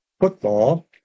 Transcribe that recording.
football